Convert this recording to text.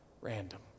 random